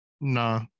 No